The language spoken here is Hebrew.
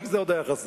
רק זה עוד היה חסר.